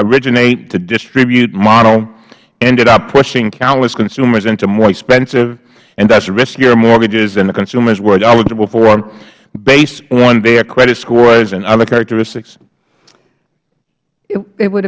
originate to distribute model ended up pushing countless consumers into more expensive and thus riskier mortgages than the consumers were eligible for based on their credit scores and other characteristics